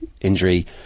injury